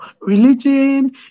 religion